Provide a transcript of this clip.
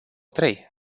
trei